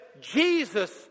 Jesus